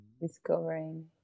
discovering